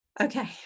Okay